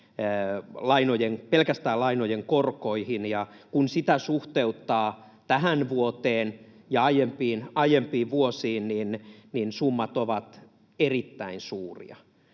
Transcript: pelkästään lainojen korkoihin, ja kun sitä suhteuttaa tähän vuoteen ja aiempiin vuosiin, niin summat ovat erittäin suuria.